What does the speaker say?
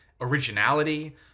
originality